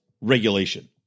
regulation